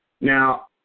Now